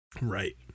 right